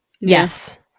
yes